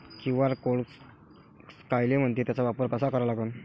QR code कायले म्हनते, त्याचा वापर कसा करा लागन?